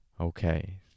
Okay